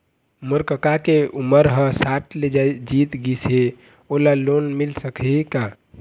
मोर कका के उमर ह साठ ले जीत गिस हे, ओला लोन मिल सकही का?